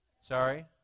sorry